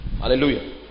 Hallelujah